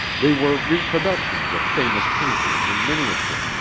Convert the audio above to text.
they were reproductions of famous paintings in miniature,